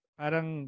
parang